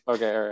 Okay